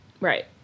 Right